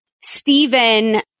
Stephen